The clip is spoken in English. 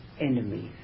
enemies